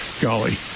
golly